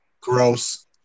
Gross